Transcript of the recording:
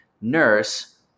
Nurse